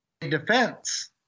defense